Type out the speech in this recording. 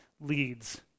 leads